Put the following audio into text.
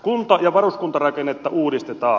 kunta ja varuskuntarakennetta uudistetaan